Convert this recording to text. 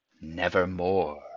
nevermore